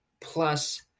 Plus